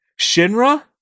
Shinra